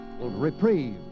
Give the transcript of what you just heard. Reprieve